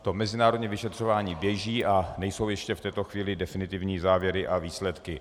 To mezinárodní vyšetřování běží a nejsou ještě v této chvíli definitivní závěry a výsledky.